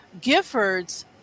giffords